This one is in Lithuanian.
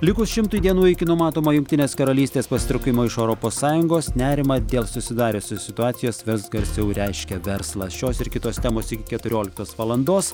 likus šimtui dienų iki numatomo jungtinės karalystės pasitraukimo iš europos sąjungos nerimą dėl susidariusios situacijos vis garsiau reiškia verslas šios ir kitos temos iki keturioliktos valandos